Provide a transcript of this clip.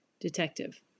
Detective